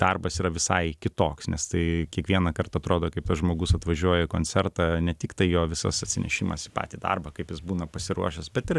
darbas yra visai kitoks nes tai kiekvienąkart atrodo kaip tas žmogus atvažiuoja į koncertą ne tiktai jo visas atsinešimas į patį darbą kaip jis būna pasiruošęs bet ir